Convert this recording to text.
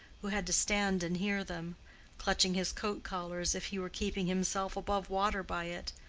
who had to stand and hear them clutching his coat-collar as if he were keeping himself above water by it,